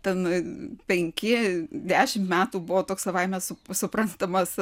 ten penki dešimt metų buvo toks savaime su suprantamas